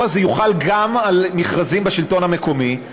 הזה יוחל גם על מכרזים בשלטון המקומי,